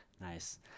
Nice